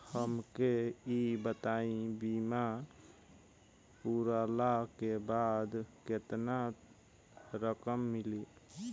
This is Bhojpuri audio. हमके ई बताईं बीमा पुरला के बाद केतना रकम मिली?